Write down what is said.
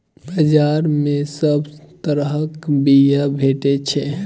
बजार मे सब तरहक बीया भेटै छै